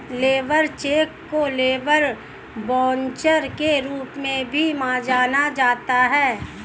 labour cheque को labour voucher के रूप में भी जाना जाता है